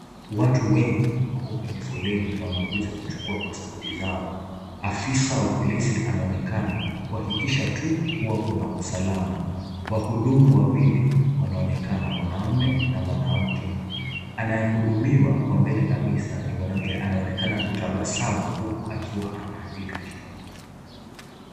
Watu wengi wako kwenye foleni na wamekuja kuchukua pasipoti zao. Afisa wa polisi anaonekana kuhakikisha tu kuwa kuna usalama. Wahudumu wawili wanaonekana, mwanaume na mwanamke. Anayehudumiwa kwa mbele kabisa ni mwanamke anayeonekana kutabasamu huku akiwa anaandika kitabu.